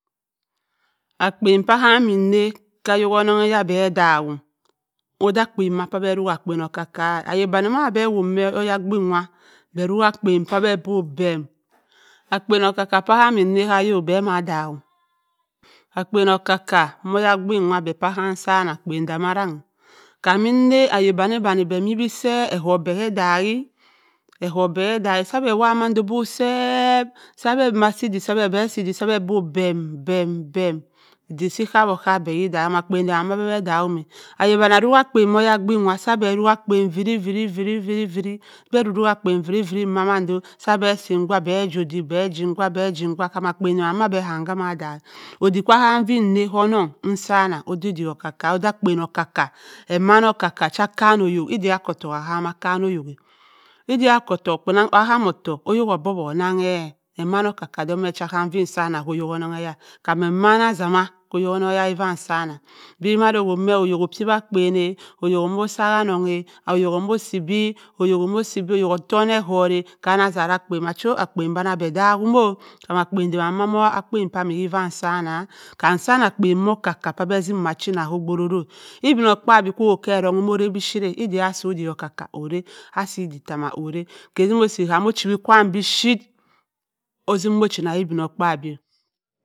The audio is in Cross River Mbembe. Akpen pa mi nna ka nonnke-e be adawum oda akpen pabe arok okka-ka-a ayok danni ma be awowa me oya pinn wa be arok-e akpen kwa be do beem akpen okka-ka mme nra ka ayok be adammom akpen okka-ka moya bink wa be sanna akpen damma arang kam immi na awot banni-ba nni be mi be seep ehoot be bhe odaak-e euot be bhe ohak e sa be wowa mando seep sa be amma si odik sq be, be asi odik sa be bo beem edik si okawi-okawi be ka odaak-e kam akpen da be adahumma ayok sanni arok akpen mo oyahabin wa sa be arok-akpen viri-viri-viri-viri be arok akpen viri-viri mando sa bhe asin nwa be gim obik bhe gim kwa kam akpen me bha kam ommo odaak-o odik kwa fi na konnong esanna oda obik okka-okbu oda akpen-okka ka emmana okka-ka cha-akani ohok didda ottoku ohamna kanni ahok-a obik kwa enna ko onnong enza-nna oda odik oka-ka oda akpen okka-ka emmane okka-ka cha-akani ohok didda ottoku ohumma ida ottoku kpanan kpen ahamin ottoku oyok odwu nnan-e emmana okka-ka wa fii asanna women emmana zama ko oyok mi kifa sanna de mudo owuwa me oyok opiwi akpen-a oyok omo asannong-a oyok omo sibi, oyok omo sibi oyok otonna euott-a ko annan bi cho akpen hanna be daak wumo kam san akpen okka-ka cha osim ka a chin mo opo-oro-ora-a ibinokpaabyi so owowbua ke errong omo ra bipuyira ida asi odik okka-ka ora asi idok tama ora ke simo si kam ochowi kwaam bipuyirt ozimmo ochima ibinokpaabyi.